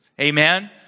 Amen